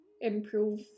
improve